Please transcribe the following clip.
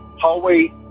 hallway